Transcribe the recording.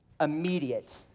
immediate